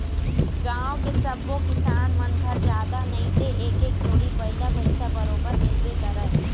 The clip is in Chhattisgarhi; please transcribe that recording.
गाँव के सब्बो किसान मन घर जादा नइते एक एक जोड़ी बइला भइसा बरोबर मिलबे करय